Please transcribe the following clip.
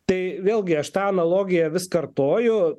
tai vėlgi aš tą analogiją vis kartoju